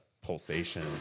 pulsation